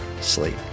sleep